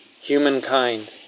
humankind